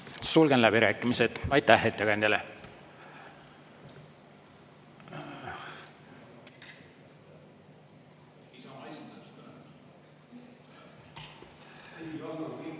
Sulgen läbirääkimised. Aitäh ettekandjale!